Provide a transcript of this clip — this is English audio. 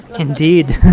indeed